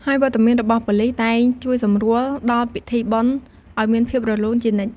ហើយវត្តមានរបស់ប៉ូលីសតែងជួយសម្រួលដល់ពិធីបុណ្យឲ្យមានភាពរលូនជានិច្ច។